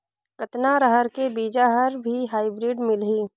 कतना रहर के बीजा हर भी हाईब्रिड मिलही?